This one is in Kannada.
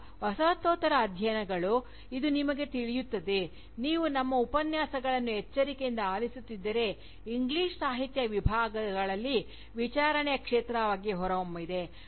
ಈಗ ವಸಾಹತೋತ್ತರ ಅಧ್ಯಯನಗಳು ಇದು ನಿಮಗೆ ತಿಳಿಯುತ್ತದೆ ನೀವು ನಮ್ಮ ಉಪನ್ಯಾಸಗಳನ್ನು ಎಚ್ಚರಿಕೆಯಿಂದ ಆಲಿಸುತ್ತಿದ್ದರೆ ಇಂಗ್ಲಿಷ್ ಸಾಹಿತ್ಯ ವಿಭಾಗಗಳಲ್ಲಿ ವಿಚಾರಣೆಯ ಕ್ಷೇತ್ರವಾಗಿ ಹೊರಹೊಮ್ಮಿದೆ